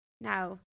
Now